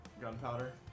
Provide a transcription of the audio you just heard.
gunpowder